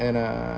and uh